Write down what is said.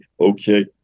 okay